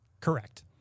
Correct